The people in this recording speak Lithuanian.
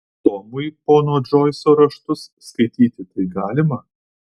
tomui pono džoiso raštus skaityti tai galima